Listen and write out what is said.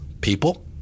people